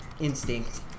Instinct